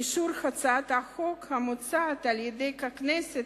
אישור הצעת החוק המוצעת על-ידי הכנסת